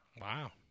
wow